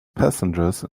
passengers